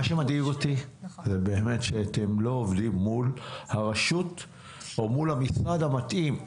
מה שמדאיג אותי זה שאתם לא עובדים מול הרשות ומול המשרד המתאים.